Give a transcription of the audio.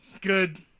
Good